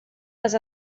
les